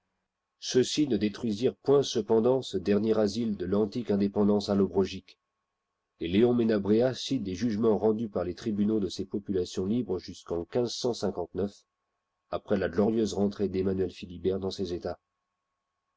ceux-ci ne détruisirent point cependant ce dernier asile de digitized by google l'antique indépendance allobrogique et léon menabrea cite des jugements rendus par les tribunaux de ces populations libres jusqu'en après la glorieuse rentrée demmanuel philibert dans ses états